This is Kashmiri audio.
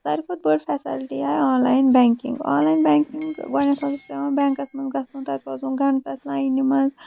ساروی کھۄتہٕ بٔڑ فیسیلٹی آیہِ online banking online banking گۄڈٕنیتھ اوس پیوان بینکَس منٛز گژھُن تَتہِ روزُن گنٹَس لینہِ منٛز